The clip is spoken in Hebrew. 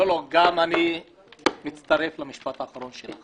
אני מצטרף למשפט הזה.